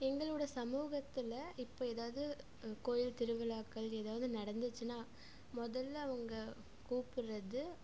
எங்களோடய சமூகத்தில் இப்போ எதாவது கோவில் திருவிழாக்கள் எதாவது நடந்துச்சுனா முதல்ல அவங்க கூப்பிடுறது